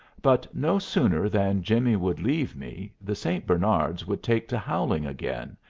but no sooner than jimmy would leave me the st. bernards would take to howling again,